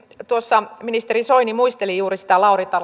tuossa ministeri soini muisteli juuri sitä lauri